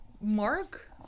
mark